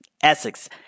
Essex